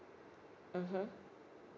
mmhmm